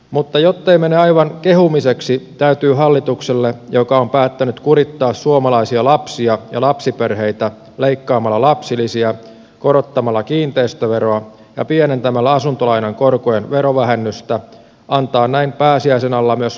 mutta jottei mene aivan kehumiseksi täytyy hallitukselle joka on päättänyt kurittaa suomalaisia lapsia ja lapsiperheitä leikkaamalla lapsilisiä korottamalla kiinteistöveroa ja pienentämällä asuntolainan korkojen verovähennystä antaa näin pääsiäisen alla myös vitsaa